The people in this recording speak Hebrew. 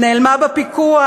נעלמה בפיקוח.